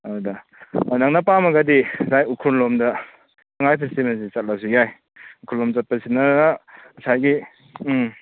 ꯑꯗꯨꯗ ꯅꯪꯅ ꯄꯥꯝꯃꯒꯗꯤ ꯉꯁꯥꯏ ꯎꯈ꯭ꯔꯨꯜꯂꯣꯝꯗ ꯁꯉꯥꯏ ꯐꯦꯁꯇꯤꯚꯦꯜꯁꯦ ꯆꯠꯂꯁꯨ ꯌꯥꯏ ꯎꯈ꯭ꯔꯨꯜꯂꯣꯝ ꯆꯠꯄꯁꯤꯅ ꯉꯁꯥꯏꯒꯤ